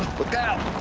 look out!